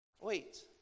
wait